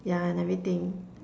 yeah and everything